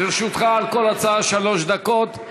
ברשותך, על כל הצעה שלוש דקות,